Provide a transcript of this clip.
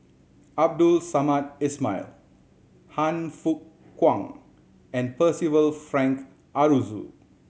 Abdul Samad Ismail Han Fook Kwang and Percival Frank Aroozoo